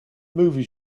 movie